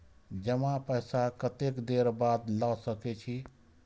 जमा पैसा कतेक देर बाद ला सके छी?